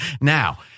Now